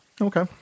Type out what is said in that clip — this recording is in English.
Okay